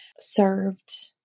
served